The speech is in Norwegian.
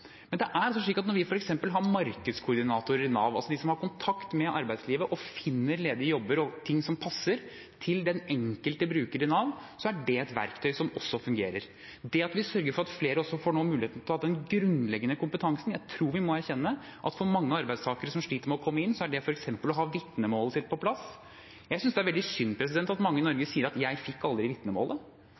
Men vi har f.eks. markedskoordinatorer i Nav som har kontakt med arbeidslivet og finner ledige jobber og ting som passer til den enkelte bruker i Nav, og det er et verktøy som også fungerer. Dermed sørger vi for at flere får muligheten til å ha grunnleggende kompetanse. Jeg tror vi må erkjenne at for mange arbeidstakere som sliter med å komme inn, er det f.eks. viktig å ha vitnemålet sitt på plass. Jeg synes det er veldig synd at mange i Norge sier «jeg fikk aldri vitnemålet»,